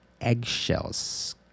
eggshells